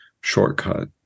shortcut